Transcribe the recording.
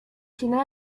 china